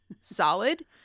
solid